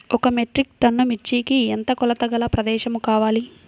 ఒక metric tonne మిర్చికి ఎంత కొలతగల ప్రదేశము కావాలీ?